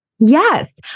Yes